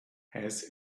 has